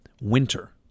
winter